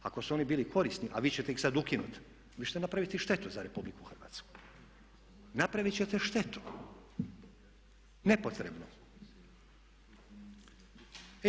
Ako su oni bili korisni a vi ćete ih sada ukinuti, vi ćete napraviti štetu za RH, napraviti ćete štetu, nepotrebnu.